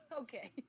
Okay